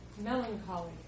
melancholy